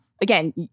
again